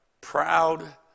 proud